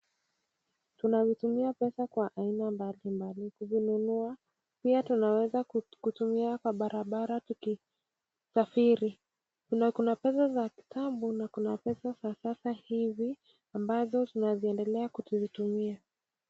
Tunazitumia pesa kwa aina mbali mbali. Kununua, pia tunaweza kutumia kwa barabara tukisafiri. Kuna pesa za kitambo na kuna pesa za sasa hivi ambazo tunaendelea kuzitumia.